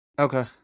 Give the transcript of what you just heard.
Okay